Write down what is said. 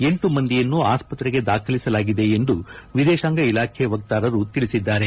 ಎಂಟು ಮಂದಿಯನ್ನು ಆಸ್ಪತ್ರೆಗೆ ದಾಖಲಿಸಲಾಗಿದೆ ಎಂದು ವಿದೇಶಾಂಗ ಇಲಾಖೆ ವಕ್ತಾರರು ತಿಳಿಸಿದ್ದಾರೆ